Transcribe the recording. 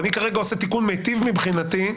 אני עושה תיקון מיטיב מבחינתי,